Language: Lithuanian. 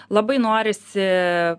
labai norisi